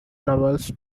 novels